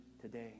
today